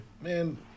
man